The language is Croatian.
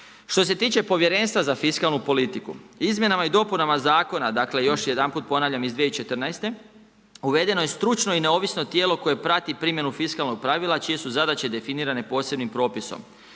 Što se tiče Povjerenstva za fiskalnu politiku, izmjenama i dopunama zakona, dakle još jedanput ponavljam iz 2014., uvedeno je stručno i neovisno tijelo koje prati primjenu fiskalnog pravila čije su zadaće definirane posebnim propisom.